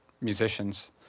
musicians